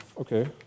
Okay